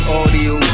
audio